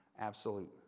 absolute